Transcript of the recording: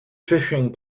fishing